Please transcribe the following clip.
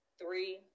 three